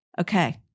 Okay